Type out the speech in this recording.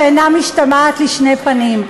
שאינה משתמעת לשתי פנים: